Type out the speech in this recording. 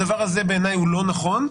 הדבר הזה, בעיניי, הוא לא נכון.